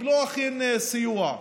אכן קיבלו סיוע.